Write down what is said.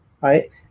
Right